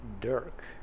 Dirk